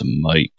Mike